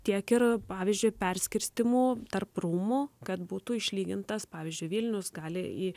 tiek ir pavyzdžiui perskirstymų tarp rūmų kad būtų išlygintas pavyzdžiui vilnius gali į